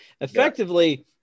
effectively